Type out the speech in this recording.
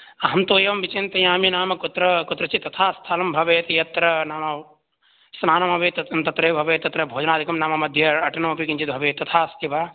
अहं तु एवं विचिन्तायमि नाम कुत्र कुत्रचित् तथा स्थलं भवेत् यत्र नाम स्नानमपि तत् तत्रैव भवेत् तत्र भोजनादिकं नाम मध्ये अटनमपि किञ्चिद् भवेत् तथा अस्ति वा